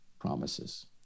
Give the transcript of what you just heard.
promises